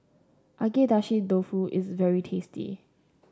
Agedashi Dofu is very tasty